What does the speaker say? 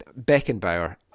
beckenbauer